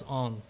on